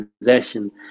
possession